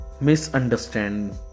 misunderstand